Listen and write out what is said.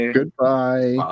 Goodbye